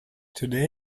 today